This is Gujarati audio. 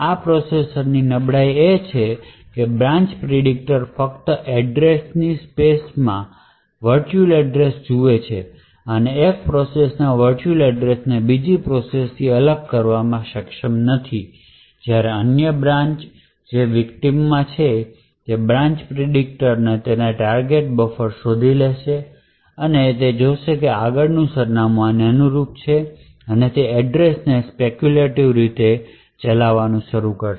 આ પ્રોસેસરની નબળાઈ એ છે કે બ્રાન્ચ પ્રિડીકટર ફક્ત એડ્રેસ ની સ્પેસ માં વર્ચુઅલ એડ્રેસ જુએ છે અને એક પ્રોસેસ ના વર્ચુઅલ એડ્રેસ ને બીજી પ્રોસેસ થી અલગ કરવામાં સક્ષમ નથી અને જ્યારે અન્ય બ્રાન્ચ જે વિકટીમમાં છે બ્રાન્ચ પ્રિડીકટર તેની ટાર્ગેટ બફર શોધીશે જે જોશે કે આગળનું સરનામું આને અનુરૂપ છે અને તે એડ્રેસ નેસ્પેક્યૂલેટિવ રીતે ચલાવવાનું શરૂ કરશે